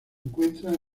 encuentran